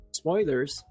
spoilers